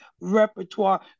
repertoire